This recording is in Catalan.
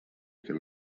que